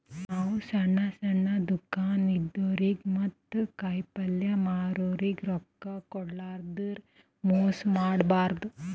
ನಾವ್ ಸಣ್ಣ್ ಸಣ್ಣ್ ದುಕಾನ್ ಇದ್ದೋರಿಗ ಮತ್ತ್ ಕಾಯಿಪಲ್ಯ ಮಾರೋರಿಗ್ ರೊಕ್ಕ ಕೋಡ್ಲಾರ್ದೆ ಮೋಸ್ ಮಾಡಬಾರ್ದ್